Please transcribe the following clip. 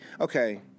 okay